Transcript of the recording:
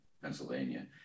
Pennsylvania